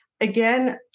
again